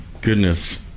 goodness